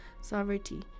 sovereignty